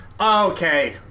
okay